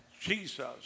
Jesus